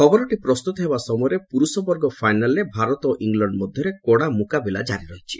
ଖବରଟି ପ୍ରସ୍ତୁତ ହେବା ସମୟରେ ପୁରୁଷ ବର୍ଗ ଫାଇନାଲରେ ଭାରତ ଓ ଇଂଲଣ୍ଡ ମଧ୍ଧରେ କଡା ମ୍କାବିଲା ଜାରି ରହିଛି